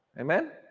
Amen